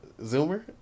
Zoomer